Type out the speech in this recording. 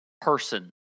person